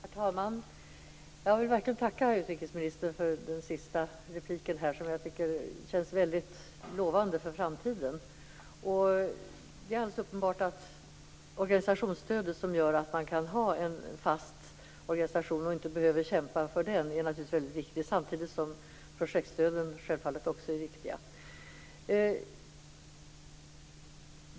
Herr talman! Jag vill verkligen tacka utrikesministern för hennes senaste inlägg. Det känns mycket lovande för framtiden. Det är alldeles uppenbart att det är organisationsstödet som gör att organisationerna kan ha en fast organisation och inte behöver kämpa för den. Det är naturligtvis mycket viktigt. Samtidigt är projektstöden självfallet också viktiga.